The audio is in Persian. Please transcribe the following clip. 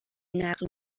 نقل